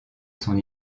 son